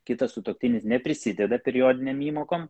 kitas sutuoktinis neprisideda periodinėm įmokom